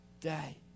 day